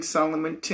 Solomon